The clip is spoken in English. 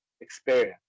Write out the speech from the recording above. experience